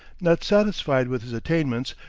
not satisfied with his attainments,